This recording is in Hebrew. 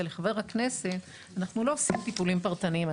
ולחבר הכנסת, אנחנו לא עושים טיפולים פרטניים.